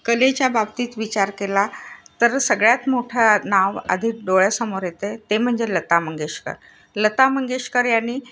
कलेच्या बाबतीत विचार केला तर सगळ्यात मोठं नाव आधी डोळ्यासमोर येतं आहे ते म्हणजे लता मंगेशकर लता मंगेशकर यांनी